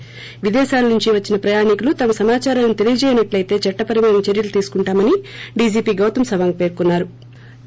ి విదేశాల నుంచి వచ్చిన ప్రయాణీకులు తమ సమాచారాన్సి తెలియజేయనట్లయితే చట్టపర చర్చలు తీసుకుంటామని డీజీపీ గౌతమ్ సవాంగ్ పేర్కొన్నా రు